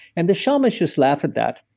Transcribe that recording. and the shamans just laugh at that.